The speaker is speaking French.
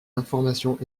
informations